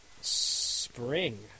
spring